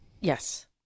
Yes